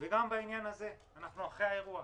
גם בעניין הזה אנחנו אחרי האירוע